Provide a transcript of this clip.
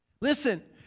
Listen